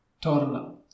Torna